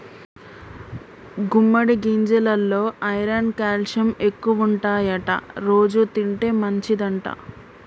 గుమ్మడి గింజెలల్లో iron calcium ఎక్కువుంటాయట రోజు తింటే మంచిదంట